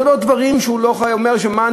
זה לא דברים שהוא אומר: מה,